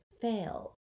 fail